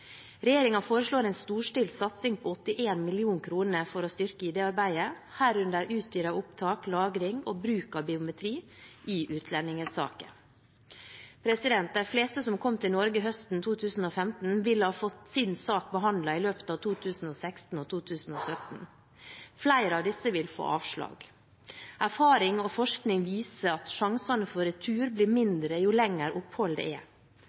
foreslår en storstilt satsing på 81 mill. kr for å styrke ID-arbeidet, herunder utvidet opptak, lagring og bruk av biometri i utlendingssaker. De fleste som kom til Norge høsten 2015, vil ha fått sin sak behandlet i løpet av 2016 og 2017. Flere av disse vil få avslag. Erfaring og forskning viser at sjansene for retur blir mindre jo lengre oppholdet er. Det er